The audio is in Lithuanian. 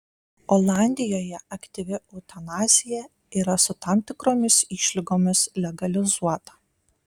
olandijoje aktyvi eutanazija yra su tam tikromis išlygomis legalizuota